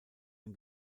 ein